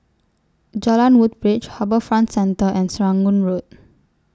Jalan Woodbridge HarbourFront Centre and Serangoon Road